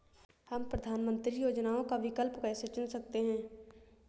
हम प्रधानमंत्री योजनाओं का विकल्प कैसे चुन सकते हैं?